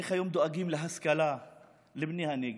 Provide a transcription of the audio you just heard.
איך דואגים היום להשכלה לבני הנגב?